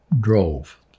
drove